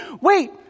wait